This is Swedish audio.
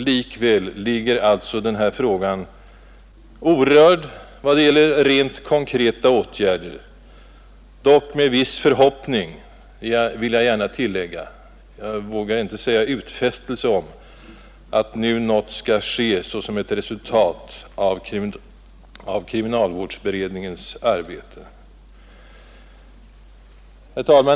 Likväl ligger alltså den här frågan orörd i vad gäller rent konkreta åtgärder. Dock vill jag gärna tillägga att man kan hysa en viss förhoppning — jag vågar inte säga att det finns någon utfästelse — om att någonting skall ske såsom ett resultat av kriminalvårdsberedningens arbete. Herr talman!